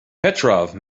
petrov